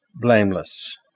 blameless